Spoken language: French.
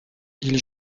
ils